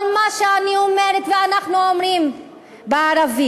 כל מה שאני אומרת ואנחנו אומרים בערבית,